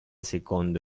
secondo